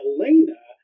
Elena